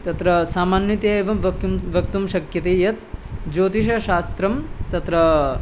तत्र सामान्यतया एवं वक्तुं वक्तुं शक्यते यत् ज्योतिषशास्त्रं तत्र